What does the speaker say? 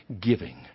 giving